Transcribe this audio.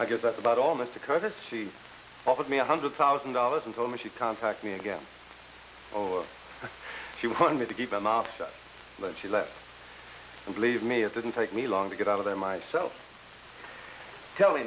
i guess that's about all mr courtesy offered me a hundred thousand dollars i'm going to contact me again or he wanted to keep my mouth shut but she left and believe me it didn't take me long to get out of there myself kelly